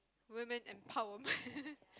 women empowerment